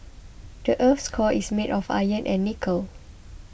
the earth's core is made of iron and nickel